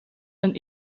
een